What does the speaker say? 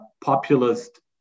populist